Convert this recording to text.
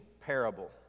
parable